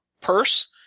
purse